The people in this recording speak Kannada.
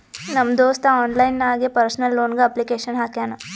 ನಮ್ ದೋಸ್ತ ಆನ್ಲೈನ್ ನಾಗೆ ಪರ್ಸನಲ್ ಲೋನ್ಗ್ ಅಪ್ಲಿಕೇಶನ್ ಹಾಕ್ಯಾನ್